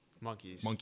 Monkeys